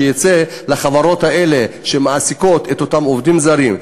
שיצא לחברות האלה שמעסיקות את אותם עובדים זרים,